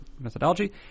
methodology